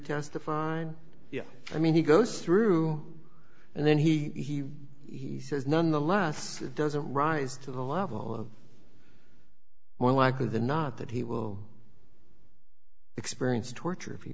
testified i mean he goes through and then he he says none the less doesn't rise to the level of more likely than not that he will experience torture if